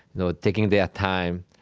you know taking their time,